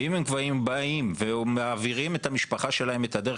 אם הם כבר באים ומעבירים את המשפחה שלהם את דרך